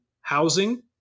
housing